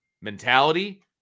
mentality